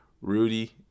Rudy